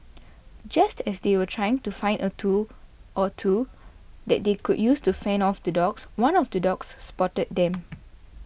just as they were trying to find a tool or two that they could use to fend off the dogs one of the dogs spotted them